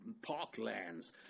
parklands